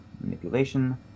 Manipulation